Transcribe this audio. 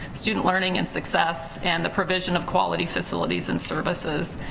student learning and success and the provision of quality facilities and services.